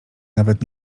nawet